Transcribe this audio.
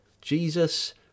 Jesus